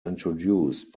introduced